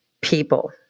people